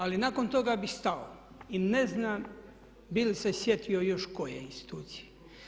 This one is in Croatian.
Ali nakon toga bih stao i ne znam bi li se sjetio još koje institucije.